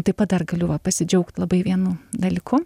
taip pat dar galiu va pasidžiaugt labai vienu dalyku